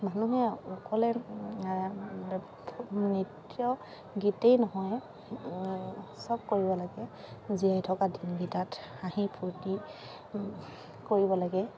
মানুহে অকলে নৃত্য গীতেই নহয় চব কৰিব লাগে জীয়াই থকা দিনকেইটাত হাঁহি ফূৰ্তি কৰিব লাগে